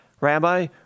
Rabbi